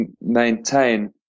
maintain